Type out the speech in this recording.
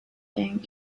gang